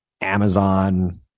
Amazon